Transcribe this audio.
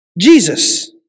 Jesus